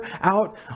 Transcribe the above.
out